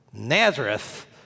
Nazareth